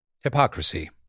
hypocrisy